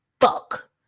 fuck